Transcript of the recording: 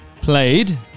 played